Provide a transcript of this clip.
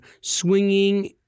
swinging